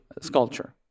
sculpture